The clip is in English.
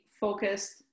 focused